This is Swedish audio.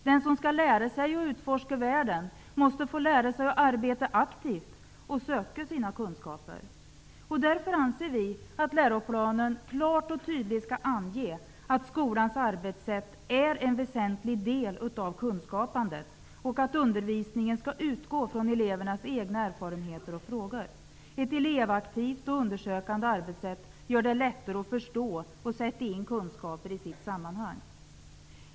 Den som skall lära sig att utforska världen måste få lära sig att arbeta aktivt och söka sina kunskaper. Vi anser därför att läroplanen klart och tydligt skall ange att skolans arbetssätt är en väsentlig del av kunskapandet och att undervisningen skall utgå från elevernas egna erfarenheter och frågor. Ett elevaktivt och undersökande arbetssätt gör det lättare att förstå och sätta in kunskaper i sitt sammanhang.